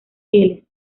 fieles